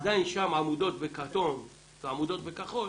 עדיין שם העמודות בכתום והעמודות בכחול,